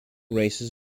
races